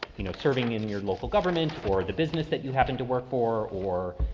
you know, serving in your local government or the business that you happen to work for or,